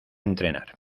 entrenar